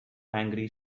angry